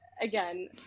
again